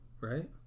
Right